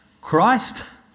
Christ